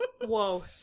Whoa